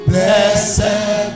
Blessed